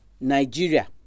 Nigeria